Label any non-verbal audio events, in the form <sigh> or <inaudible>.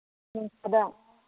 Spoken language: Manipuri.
<unintelligible>